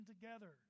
together